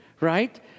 right